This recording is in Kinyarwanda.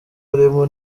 harimo